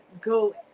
go